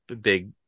big